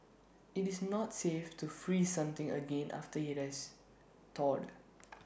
IT is not safe to freeze something again after IT has thawed